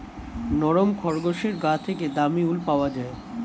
নরম খরগোশের গা থেকে দামী উল পাওয়া যায়